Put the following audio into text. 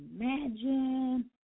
imagine